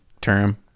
term